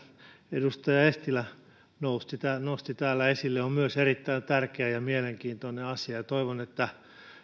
edustaja eestilä nosti esille on myös erittäin tärkeä ja mielenkiintoinen asia ja ja toivon että